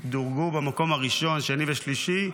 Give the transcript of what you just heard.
דורגו במקום הראשון, השני והשלישי.